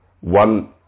one